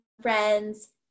friends